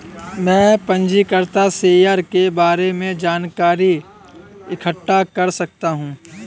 मैं पंजीकृत शेयर के बारे में जानकारी इकट्ठा कर रहा हूँ